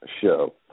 show